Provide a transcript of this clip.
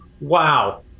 wow